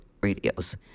radios